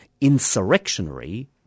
insurrectionary